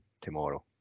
tomorrow